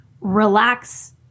relax